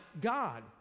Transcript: God